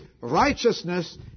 righteousness